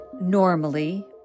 normally